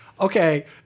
Okay